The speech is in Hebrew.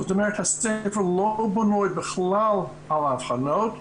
זאת אומרת הספר לא בנוי בכלל על האבחנות והאמת,